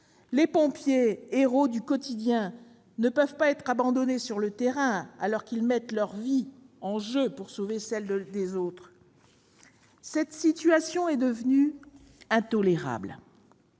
Les pompiers, héros du quotidien, ne peuvent pas être abandonnés sur le terrain, alors qu'ils mettent leur vie en jeu pour sauver celles des autres. Monsieur le ministre,